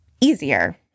easier